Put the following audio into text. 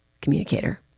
communicator